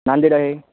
नांदेड आहे